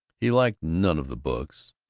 he liked none of the books.